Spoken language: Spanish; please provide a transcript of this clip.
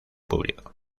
público